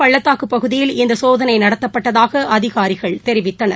பள்ளத்தாக்குபகுதியில் இந்தசோதனைநடத்தப்பட்டதாகஅதிகாரிகள் காஷ்மீர் தெரிவித்தனர்